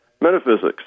metaphysics